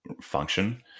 function